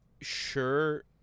sure